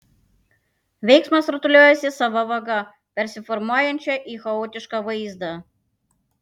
veiksmas rutuliojasi sava vaga persiformuojančia į chaotišką vaizdą